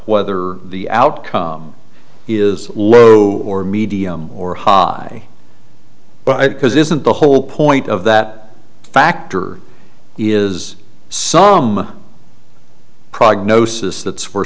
whether the outcome is low or medium or high but because isn't the whole point of that factor is some prognosis that's where